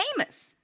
Amos